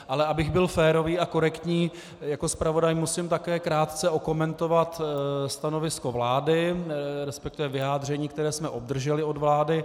Ale abych byl férový a korektní, jako zpravodaj musím také krátce okomentovat stanovisko vlády, resp. vyjádření, které jsme obdrželi od vlády.